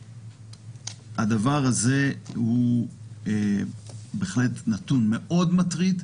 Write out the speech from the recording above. והדבר הזה הוא בהחלט נתון מאוד מטריד.